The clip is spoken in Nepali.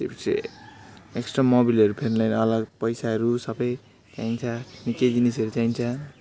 त्योपिच्छे एक्स्ट्रा मोबिलहरू फेर्नु लागि अलग पैसाहरू सबै चाहिन्छ निकै जिनिसहरू चाहिन्छ